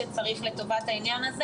לרגע.